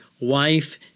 wife